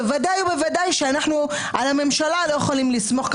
בוודאי ובוודאי שעל הממשלה אנחנו לא יכולים לסמוך,